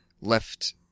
left